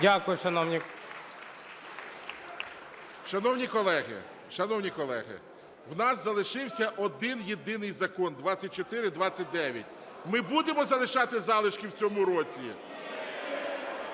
Шановні колеги, шановні колеги, в нас залишився один єдиний Закон 2429. Ми будемо залишати залишки в цьому році?